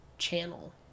channel